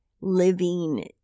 living